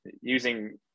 using